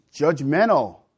judgmental